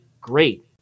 great